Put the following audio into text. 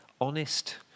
honest